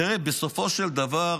תראה, בסופו של דבר,